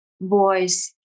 boys